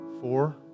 Four